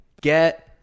get